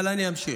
אבל אני אמשיך.